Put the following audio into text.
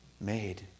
made